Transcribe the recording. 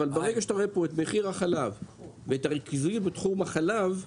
אבל ברגע שאתה רואה פה את מחיר החלב ואת הריכוזיות בתחום החלב,